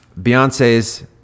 Beyonce's